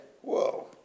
whoa